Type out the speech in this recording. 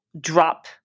drop